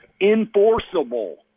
Enforceable